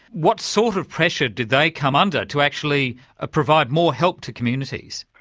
what sort of pressure did they come under to actually ah provide more help to communities?